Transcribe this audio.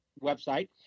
website